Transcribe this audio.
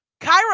Kyra